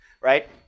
right